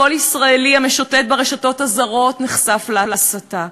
כל ישראלי המשוטט ברשתות הזרות נחשף להסתה,